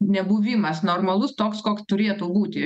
nebuvimas normalus toks koks turėtų būti